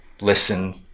listen